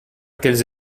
qu’elles